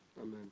Amen